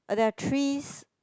um there are trees